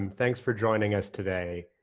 and thanks for joining us today.